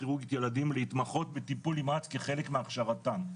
כירורגית ילדים להתמחות בטיפול נמרץ כחלק מהכשרתם,